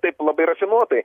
taip labai rafinuotai